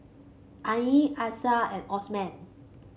Ain Alyssa and Osman